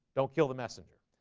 don't kill the messenger